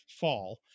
fall